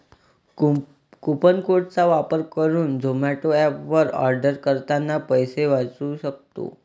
coupon code चा वापर करुन झोमाटो एप वर आर्डर करतांना पैसे वाचउ सक्तो